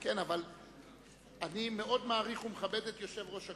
אני מאוד מעריך ומכבד את יושב-ראש הקואליציה,